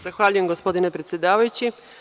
Zahvaljujem gospodine predsedavajući.